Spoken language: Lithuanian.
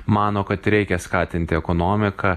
mano kad reikia skatinti ekonomiką